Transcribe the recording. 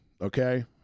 okay